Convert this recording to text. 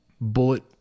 bullet